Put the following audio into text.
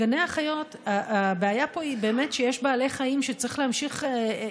בגני החיות הבעיה היא באמת שיש בעלי חיים שצריך להמשיך,